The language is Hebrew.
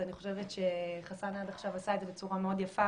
אני חושבת שעד עכשיו חסאן עשה את זה בצורה מאוד יפה,